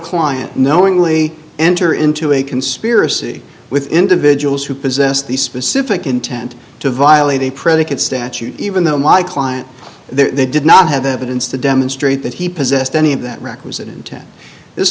client knowingly enter into a conspiracy with individuals who possessed the specific intent to violate a predicate statute even though my client they did not have evidence to demonstrate that he possessed any of that requisite intent this